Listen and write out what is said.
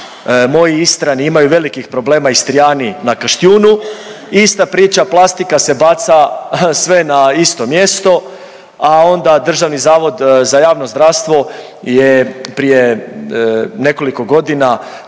Moji Istrani imaju velikih problema Istrijani na Kaštijunu i ista priča plastika se baca sve na isto mjesto, a onda Državni zavod za javno zdravstvo je prije nekoliko godina